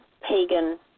pagan